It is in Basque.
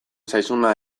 zaizuna